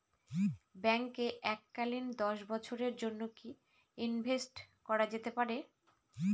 ব্যাঙ্কে এককালীন দশ বছরের জন্য কি ইনভেস্ট করা যেতে পারে?